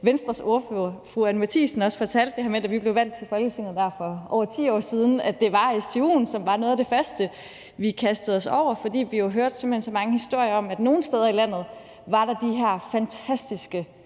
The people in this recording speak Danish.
Venstres ordfører, fru Anni Matthiesen, der fortalte det her med, at da vi blev valgt til Folketinget for over 10 år siden, var det stu'en, som var noget af det første, vi kastede os over, fordi vi jo simpelt hen hørte så mange historier om, at nogle steder i landet var der de her fantastiske